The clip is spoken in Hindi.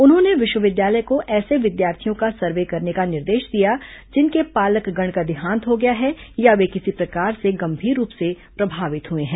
उन्होंने विश्वविद्यालय को ऐसे विद्यार्थियों का सर्वे करने का निर्देश दिया जिनके पालकगण का देहांत हो गया है या वे किसी प्रकार से गंभीर रूप से प्रभावित हुए हैं